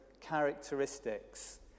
characteristics